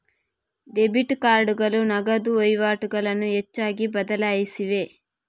debit ಕಾರ್ಡುಗಳು ನಗದು ವಹಿವಾಟುಗಳನ್ನು ಹೆಚ್ಚಾಗಿ ಬದಲಾಯಿಸಿವೆ